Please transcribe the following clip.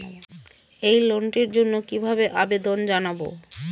এই লোনটির জন্য কিভাবে আবেদন জানাবো?